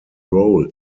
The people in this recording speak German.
roll